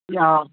yeah